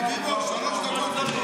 רביבו, שלוש דקות.